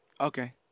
Okay